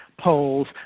polls